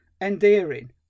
endearing